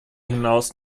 hinaus